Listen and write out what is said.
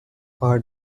are